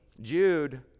Jude